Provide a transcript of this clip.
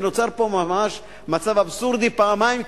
ונוצר פה ממש מצב אבסורדי פעמיים,